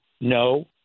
No